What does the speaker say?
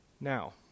Now